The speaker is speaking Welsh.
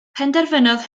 penderfynodd